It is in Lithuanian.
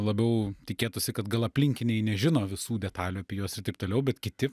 labiau tikėtųsi kad gal aplinkiniai nežino visų detalių apie juos ir taip toliau bet kiti